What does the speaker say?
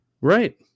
Right